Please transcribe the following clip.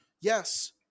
Yes